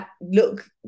look